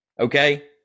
Okay